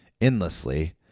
endlessly